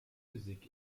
physik